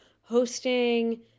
hosting